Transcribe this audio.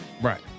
Right